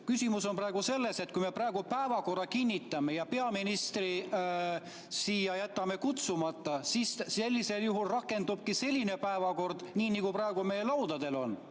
Küsimus on praegu selles, et kui me praegu päevakorra kinnitame ja jätame peaministri siia kutsumata, siis sellisel juhul rakendub päevakord nii, nagu praegu meie laudadel on.